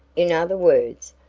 in other words,